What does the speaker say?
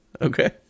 Okay